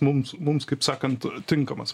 mums mums kaip sakant tinkamas